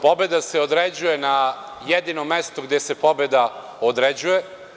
Pobeda se određuje na jedinom mestu gde se pobeda određuje.